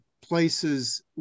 places